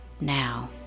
now